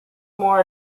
more